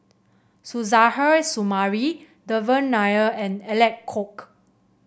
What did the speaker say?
Suzairhe Sumari Devan Nair and Alec Kuok